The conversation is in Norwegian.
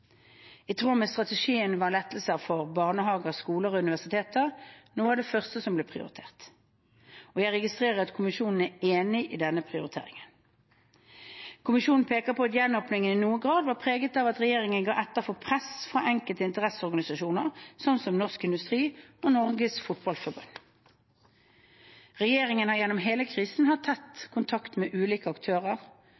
I tråd med strategien var lettelser for barnehager, skoler og universiteter noe av det første som ble prioritert. Jeg registrerer at kommisjonen er enig i denne prioriteringen. Kommisjonen peker på at gjenåpningen i noen grad var preget av at regjeringen ga etter for press fra enkelte interesseorganisasjoner, som Norsk Industri og Norges Fotballforbund. Regjeringen har gjennom hele krisen hatt tett